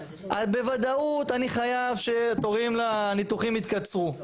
בוודאות אני חייב שתורים לניתוחים יתקצרו,